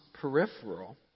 peripheral